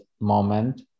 moment